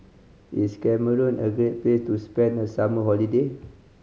is Cameroon a great place to spend the summer holiday